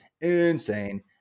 insane